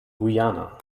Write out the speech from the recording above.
guyana